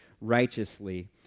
righteously